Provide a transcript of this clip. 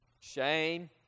Shame